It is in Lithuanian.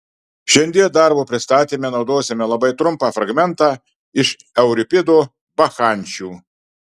šiandien darbo pristatyme naudosime labai trumpą fragmentą iš euripido bakchančių